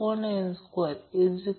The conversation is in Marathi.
4 आहे आणि R हे 5 आहे म्हणून ते 6